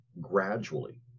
gradually